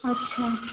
अच्छा